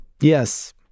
Yes